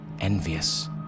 envious